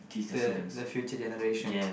the the future generations